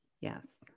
yes